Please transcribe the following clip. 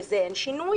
בזה אין שינוי,